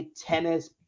tennis